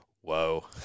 whoa